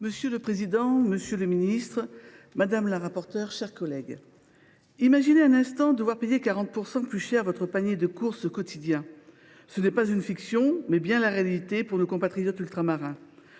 Monsieur le président, monsieur le ministre, mes chers collègues, imaginez un instant devoir payer 40 % plus cher votre panier de courses quotidien. C’est non pas une fiction, mais bien la réalité pour nos compatriotes ultramarins.